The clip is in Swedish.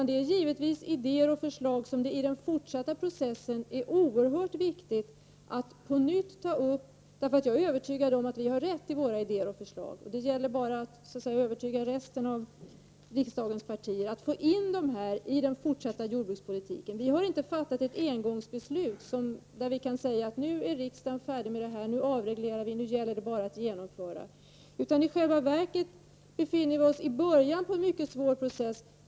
Det är givetvis idéer och förslag som det i den fortsatta processen är oerhört viktigt att ta upp på nytt. Jag är nämligen övertygad om att vi har rätt i det vi säger i våra förslag. Det gäller bara för oss att övertyga övriga riksdagspartier att få in dem i jordbrukspolitiken. Vi har inte fattat ett engångsbeslut där vi säger att riksdagen är färdig med det eller det och att det nu är dags att avreglera och genomföra besluten. I själva verket befinner vi oss i början av en mycket svår process.